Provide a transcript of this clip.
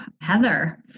Heather